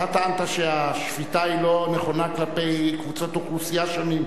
אתה טענת שהשפיטה לא נכונה כלפי קבוצות אוכלוסייה שונות,